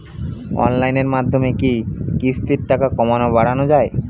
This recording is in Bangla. অনলাইনের মাধ্যমে কি কিস্তির টাকা কমানো বাড়ানো যায়?